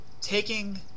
taking